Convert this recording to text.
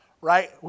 right